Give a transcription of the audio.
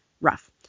rough